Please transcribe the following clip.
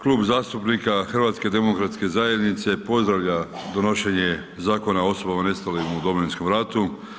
Klub zastupnika HDZ-a pozdravlja donošenje Zakona o osobama nestalim u Domovinskom ratu.